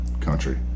country